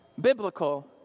biblical